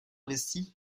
investi